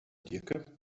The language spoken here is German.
diercke